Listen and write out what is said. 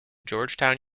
georgetown